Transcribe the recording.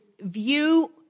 View